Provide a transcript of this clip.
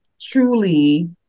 truly